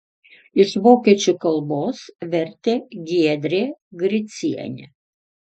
iš vokiečių kalbos vertė giedrė gricienė